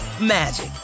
magic